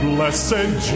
Blessed